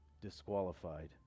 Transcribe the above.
Disqualified